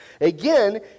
Again